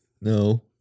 No